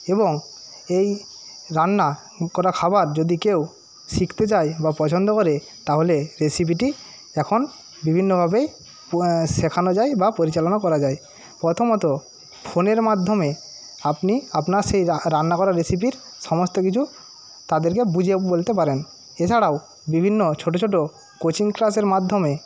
এবং এই রান্না করা খাবার যদি কেউ শিখতে চায় বা পছন্দ করে তাহলে রেসিপিটি এখন বিভিন্নভাবে প শেখানো যায় বা পরিচালনা করা যায় প্রথমত ফোনের মাধ্যমে আপনি আপনার সেই রা রান্না করা রেসিপির সমস্ত কিছু তাদেরকে বুঝিয়ে বলতে পারেন এছাড়াও বিভিন্ন ছোট ছোট কোচিং ক্লাসের মাধ্যমে